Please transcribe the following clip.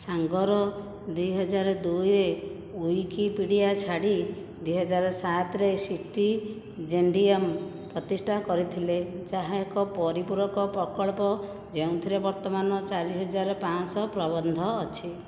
ସାଙ୍ଗର ଦୁଇ ହଜାର ଦୁଇରେ ୱିକିପିଡ଼ିଆ ଛାଡ଼ି ଦୁଇ ହଜାର ସାତରେ ସିଟି ଜେଣ୍ଡିୟମ୍ ପ୍ରତିଷ୍ଠା କରିଥିଲେ ଯାହା ଏକ ପରିପୂରକ ପ୍ରକଳ୍ପ ଯେଉଁଥିରେ ବର୍ତ୍ତମାନ ଚାରି ହଜାର ପାଞ୍ଚଶହ ପ୍ରବନ୍ଧ ଅଛି